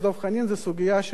היא הסוגיה של הסתה.